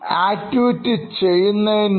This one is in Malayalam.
ആക്ടിവിറ്റി ചെയ്യുന്നതിനു മുമ്പ്